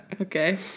Okay